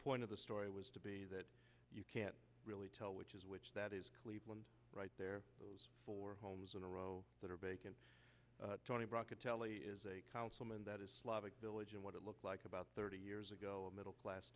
point of the story was to be that you can't really tell which is which that is cleveland right there those four homes in a row that are bacon tony brock a tele is a councilman that is slavic village and what it looked like about thirty years ago a middle class